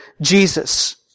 Jesus